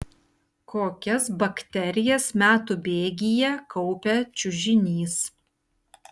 kokias bakterijas metų bėgyje kaupia čiužinys